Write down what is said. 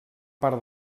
part